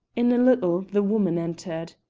in a little the woman entered.